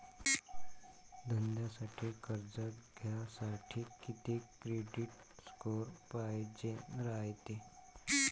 धंद्यासाठी कर्ज घ्यासाठी कितीक क्रेडिट स्कोर पायजेन रायते?